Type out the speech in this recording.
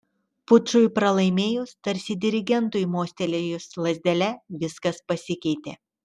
pučui pralaimėjus tarsi dirigentui mostelėjus lazdele viskas pasikeitė